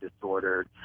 disordered